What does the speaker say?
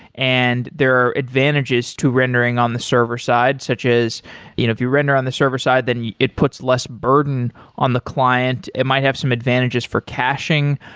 and there are advantages to rendering on the server side, such as if you render on the server side then it puts less burden on the client. it might have some advantages for caching.